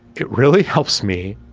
it really helps me.